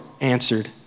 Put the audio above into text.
answered